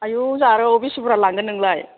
आयौ जारौ बिसि बुरजा लांगोन नोंलाय